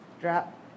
drop